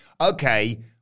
okay